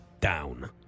Down